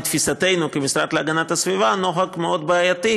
לתפיסתנו כמשרד להגנת הסביבה זה נוהג מאוד בעייתי,